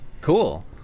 Cool